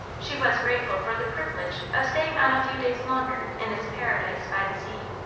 she was grateful for the privilege of staying on a few days longer in this paradise by the sea.